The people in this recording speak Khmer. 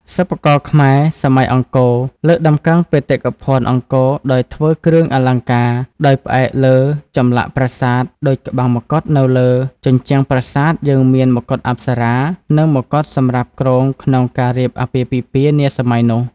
សិប្បករខ្មែរសម័យអង្គរលើកតម្កើងបេតិកភណ្ឌអង្គរដោយធ្វើគ្រឿងអលង្ការដោយផ្អែកលើចម្លាក់ប្រាសាទដូចក្បាំងមកុដនៅលើជញ្ជ្រាំប្រាសាទយើងមានមកុដអប្សរា និងមកុដសម្រាប់គ្រងក្នុងការរៀបអាពាហ៍ពិពាហ៍នាសម័យនោះ